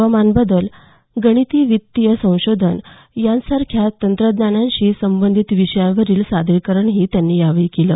हवामानबदल गणिती वित्तीय संशोधन यांसारख्या तंत्रज्ञानाशी संबंधित विषयांवरील सादरीकरणंही यावेळी झाली